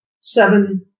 seven